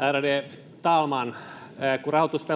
Ärade talman! Kun rahoitus